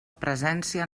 presència